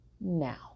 now